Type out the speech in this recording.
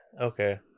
okay